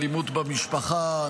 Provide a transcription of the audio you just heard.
אלימות במשפחה,